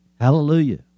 Hallelujah